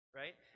right